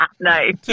Nice